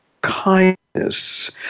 kindness